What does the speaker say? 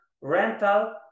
Rental